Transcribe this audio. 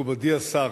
מכובדי השר,